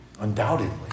Undoubtedly